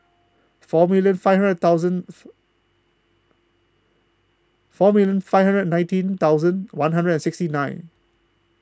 four million five hundred thousand four million five hundred nineteen thousand one hundred and sixty nine